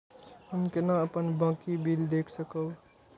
हम केना अपन बाँकी बिल देख सकब?